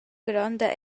gronda